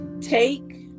take